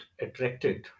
attracted